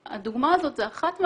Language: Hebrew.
הדוגמה הזו היא אחת מהדוגמאות,